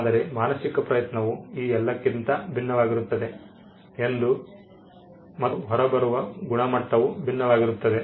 ಆದರೆ ಮಾನಸಿಕ ಪ್ರಯತ್ನವು ಈ ಎಲ್ಲಕ್ಕಿಂತ ಭಿನ್ನವಾಗಿರುತ್ತದೆ ಮತ್ತು ಹೊರಬರುವ ಗುಣಮಟ್ಟವೂ ಭಿನ್ನವಾಗಿರುತ್ತದೆ